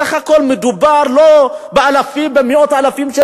בסך הכול מדובר לא באלפים ובמאות אלפים של